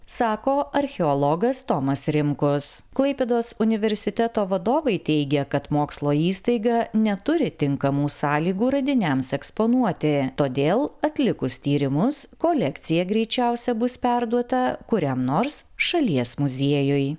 sako archeologas tomas rimkus klaipėdos universiteto vadovai teigia kad mokslo įstaiga neturi tinkamų sąlygų radiniams eksponuoti todėl atlikus tyrimus kolekcija greičiausiai bus perduota kuriam nors šalies muziejui